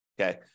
Okay